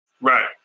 right